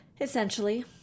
Essentially